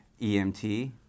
EMT